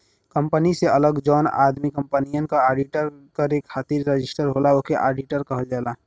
company से अलग जौन आदमी कंपनियन क आडिट करे खातिर रजिस्टर होला ओके आडिटर कहल जाला